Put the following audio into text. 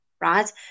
right